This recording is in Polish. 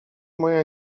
moja